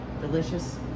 delicious